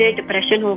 depression